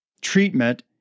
treatment